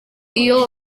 iyo